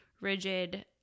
rigid